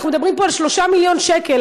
אנחנו מדברים פה על 3 מיליון שקל,